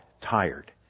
tired